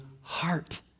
heart